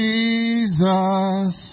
Jesus